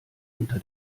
unter